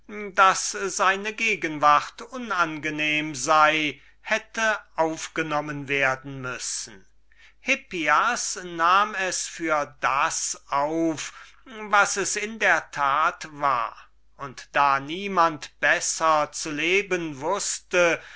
daß seine gegenwart unangenehm sei hätte aufgenommen werden müssen allein dieser nahm es für das auf was es in der tat war und da niemand besser zu leben wußte